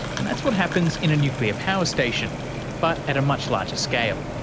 and that's what happens in a nuclear power station but at a much larger scale.